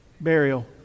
Burial